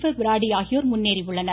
per ப்ராடி ஆகியோர் முன்னேறியுள்ளனர்